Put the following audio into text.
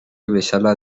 bezala